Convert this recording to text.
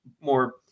more